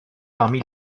parmi